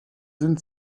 sind